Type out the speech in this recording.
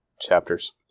chapters